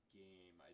game